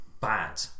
bad